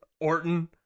Orton